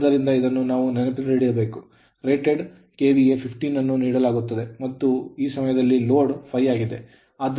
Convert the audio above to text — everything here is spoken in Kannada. ಆದ್ದರಿಂದ ಇದನ್ನು ನಾವು ನೆನಪಿನಲ್ಲಿಡಬೇಕು ರೇಟೆಡ್ KVA 15 ಅನ್ನು ನೀಡಲಾಗುತ್ತದೆ ಮತ್ತು ಆ ಸಮಯದಲ್ಲಿ ಲೋಡ್ 5 ಆಗಿದೆ